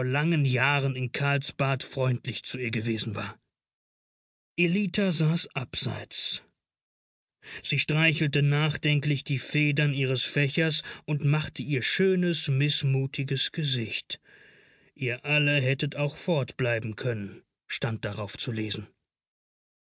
langen jahren in karlsbad freundlich zu ihr gewesen war ellita saß abseits sie streichelte nachdenklich die federn ihres fächers und machte ihr schönes mißmutiges gesicht ihr alle hättet auch fortbleiben können stand darauf zu lesen